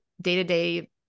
day-to-day